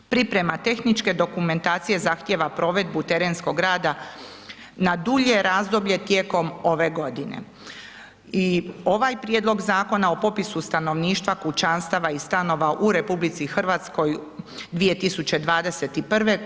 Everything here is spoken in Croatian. Priprema tehničke dokumentacije zahtijeva provedbu terenskog rada na dulje razdoblje tijekom ove godine i ovaj prijedlog Zakona o popisu stanovništva, kućanstava i stanova u RH 2021.